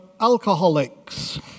alcoholics